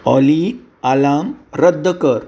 ऑली alarm रद्द कर